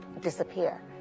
disappear